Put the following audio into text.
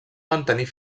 mantenir